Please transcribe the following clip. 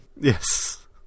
Yes